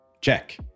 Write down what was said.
Check